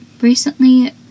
recently